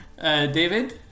David